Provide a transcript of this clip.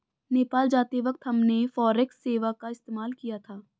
नेपाल जाते वक्त हमने फॉरेक्स सेवा का इस्तेमाल किया था